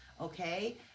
Okay